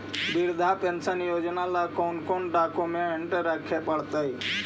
वृद्धा पेंसन योजना ल कोन कोन डाउकमेंट रखे पड़तै?